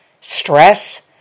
stress